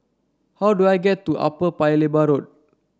how do I get to Upper Paya Lebar Road